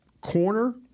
corner